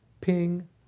Ping